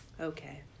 Okay